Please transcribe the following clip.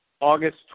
August